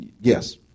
Yes